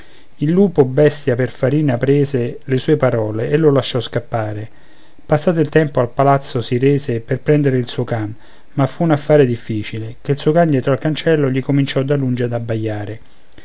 il lupo bestia per farina prese le sue parole e lo lasciò scappare passato il tempo al palazzo si rese per prendere il suo can ma fu un affare difficil ché il suo can dietro al cancello gli cominciò da lungi ad abbaiare